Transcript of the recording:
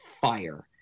fire